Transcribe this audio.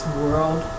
world